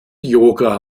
yoga